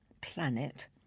planet